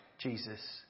Jesus